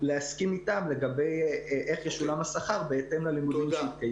ולהסכים איתם לגבי איך ישולם השכר בהתאם ללימודים שיתקיימו.